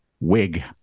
wig